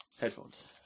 Headphones